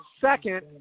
second